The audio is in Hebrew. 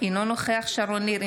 אינו נוכח שרון ניר,